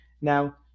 Now